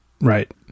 right